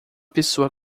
pessoa